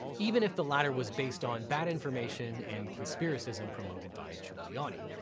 even if the latter was based on bad information and conspiracism promoted by giuliani.